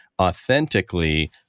authentically